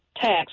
tax